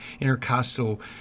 intercostal